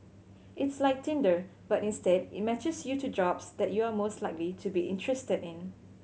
it's like Tinder but instead it matches you to jobs that you are most likely to be interested in